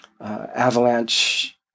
avalanche